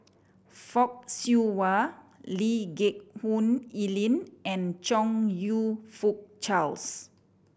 Fock Siew Wah Lee Geck Hoon Ellen and Chong You Fook Charles